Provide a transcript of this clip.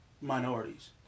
minorities